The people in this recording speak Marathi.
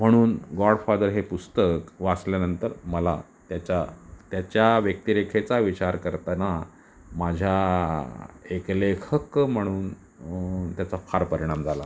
म्हणून गॉडफादर हे पुस्तक वाचल्यानंतर मला त्याचा त्याच्या व्यक्तिरेखेचा विचार करताना माझ्या एक लेखक म्हणून त्याचा फार परिणाम झाला